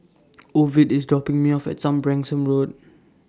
Ovid IS dropping Me off At Some Branksome Road